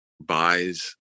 buys